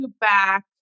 back